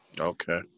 Okay